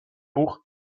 buch